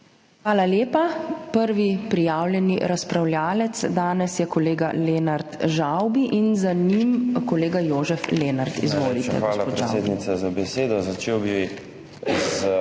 Hvala lepa. Prvi prijavljeni razpravljavec danes je kolega Lenart Žavbi in za njim kolega Jožef Lenart.